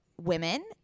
women